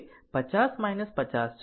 તેથી તે 50 50 છે અને આ 3 એમ્પીયર છે